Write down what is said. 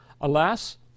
Alas